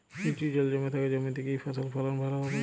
নিচু জল জমে থাকা জমিতে কি ফসল ফলন ভালো হবে?